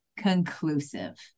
conclusive